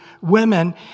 women